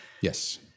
yes